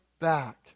back